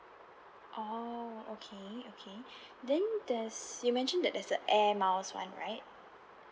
orh okay okay then there's you mentioned that there's the airmiles one right